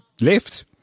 left